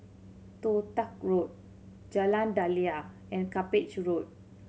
Toh Tuck Road Jalan Daliah and Cuppage Road